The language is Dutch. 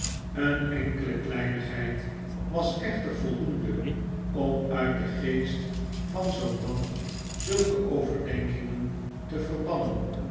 een enkele kleinigheid was echter voldoende om uit den geest van zoo'n man zulke overdenkingen te verbannen